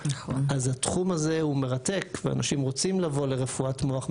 אז התחום הזה הוא מרתק ואנשים רוצים לבוא לרפואת מוח,